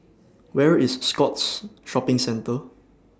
Where IS Scotts Shopping Centre